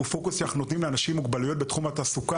זה פוקוס שאנחנו נותנים לאנשים עם מוגבלויות בתחום התעסוקה